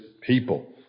people